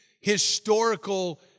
historical